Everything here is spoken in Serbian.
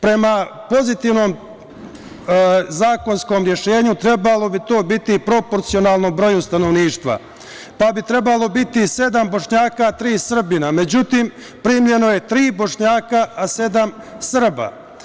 Prema pozitivnom zakonskom rešenju trebalo bi to biti proporcionalno broju stanovništva, pa bi trebalo biti - 7 Bošnjaka, tri Srbina, međutim, primeno je tri Bošnjaka, a sedam Srba.